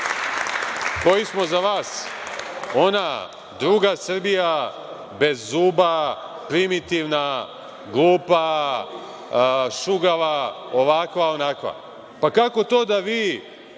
koji smo za vas ona druga Srbija bez zuba, primitivna, glupa, šugava, ovakva, onakva? Kako to da vi